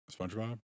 SpongeBob